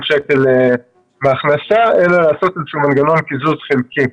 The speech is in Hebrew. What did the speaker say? שקל מההכנסה אלא לעשות איזשהו מנגנון קיזוז חלקי,